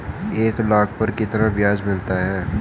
एक लाख पर कितना ब्याज मिलता है?